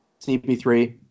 CP3